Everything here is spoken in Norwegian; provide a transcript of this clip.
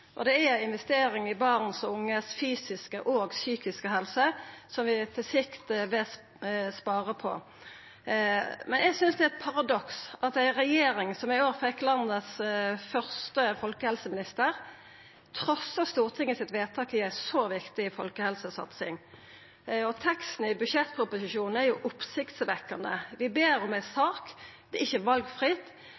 Det er ei investering i barn og unges fysiske og psykiske helse som vi på sikt vil spara på. Men eg synest det er eit paradoks at ei regjering som i år fekk landets første folkehelseminister, trassar Stortingets vedtak i ei så viktig folkehelsesatsing. Teksten i budsjettproposisjonen er jo oppsiktsvekkjande. Vi ber om ei